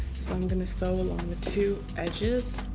so i'm going to sew along the two edges